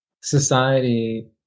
society